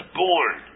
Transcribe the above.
born